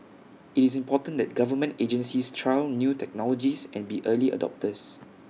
IT is important that government agencies try new technologies and be early adopters